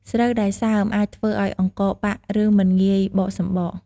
ស្រូវដែលសើមអាចធ្វើឱ្យអង្ករបាក់ ឬមិនងាយបកសម្បក។